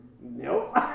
Nope